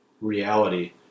reality